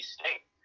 State